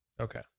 okay